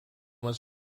was